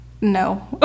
No